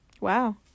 Wow